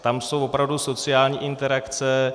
Tam jsou opravdu sociální interakce.